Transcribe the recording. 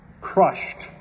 crushed